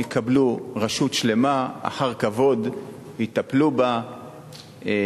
יקבלו רשות שלמה אחר כבוד ויטפלו בה,